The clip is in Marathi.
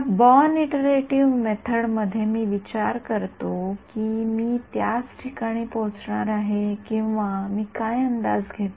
या बॉर्न इटिरेटिव्ह मेथड मध्ये मी विचार करतो की मी त्याच ठिकाणी पोचणार आहे किंवा मी काय अंदाज घेतो